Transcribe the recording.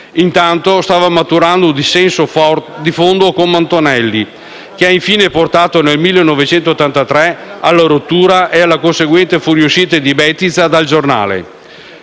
Intanto, stava maturando un dissenso di fondo con Montanelli, che ha infine portato nel 1983 alla rottura e alla conseguente fuoruscita di Bettiza da «Il Giornale».